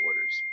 orders